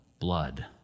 blood